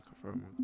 confirm